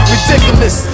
Ridiculous